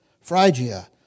Phrygia